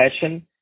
passion